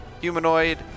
humanoid